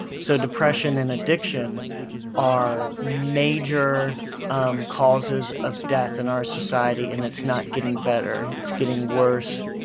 so depression and addiction are major um causes of death in our society. and it's not getting better it's getting worse.